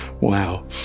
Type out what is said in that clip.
Wow